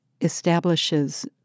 establishes